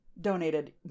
Donated